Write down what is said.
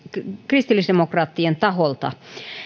kristillisdemokraattien taholta